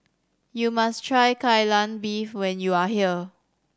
you must try Kai Lan Beef when you are here